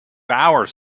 hours